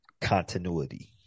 continuity